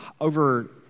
over